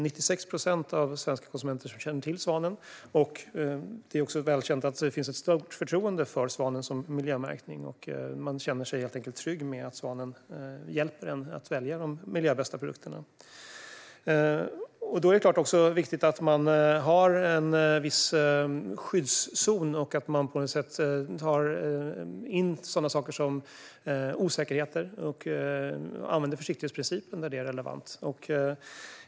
96 procent av svenska konsumenter känner till Svanen, och det är också välkänt att det finns ett stort förtroende för Svanen som miljömärkning. Man känner sig helt enkelt trygg med att svanmärkningen hjälper en att välja de miljöbästa produkterna. Då är det klart att det också är viktigt att man har en viss skyddszon och att man tar in sådana saker som osäkerheter och använder försiktighetsprincipen när det är relevant.